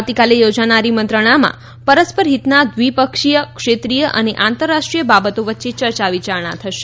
આવતીકાલે યોજાનારી મંત્રણામાં પરસ્પરહિતના દ્વિપક્ષીય ક્ષેત્રીય અને આંતરરાષ્ટ્રીય બાબતો વચ્ચે ચર્ચા વિયારણા થશે